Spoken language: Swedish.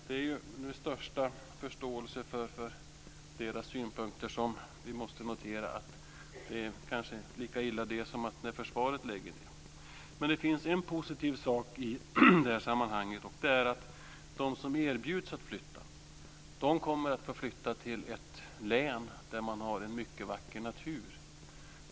Det är med största förståelse för deras synpunkter som vi måste notera att detta kanske är lika illa som när försvaret lägger ned. Men det finns en positiv sak i sammanhanget, och det är att de som erbjuds att flytta kommer att få flytta till ett län som har en mycket vacker natur.